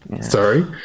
Sorry